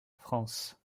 france